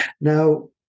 Now